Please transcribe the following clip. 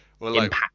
impact